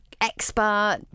expert